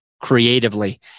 creatively